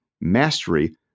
mastery